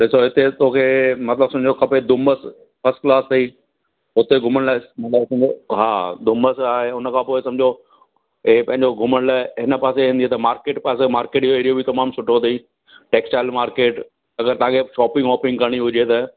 ॾिसो हिते तोखे मतिलब तुहिंजे खपे डूंबस फस्ट क्लास अथई हुते घुमण लाइ मुडाये कीले हा डूंबस आहे हुन खां पोइ हीअ सम्झो हीअ पहिंजो घुमण लाए हिन पासे ईंदी त मार्किट पासे मार्किट पासे मार्किट जो एरियो बि तमामु सुठो अथई टैक्सटाइल मार्किट अगरि तव्हांखे शॉपिंग वॉपिंग करिणी हुजे त